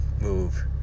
move